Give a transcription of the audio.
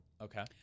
Okay